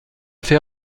fait